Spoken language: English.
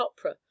opera